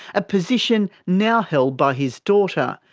a position now held by his daughter.